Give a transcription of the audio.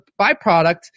byproduct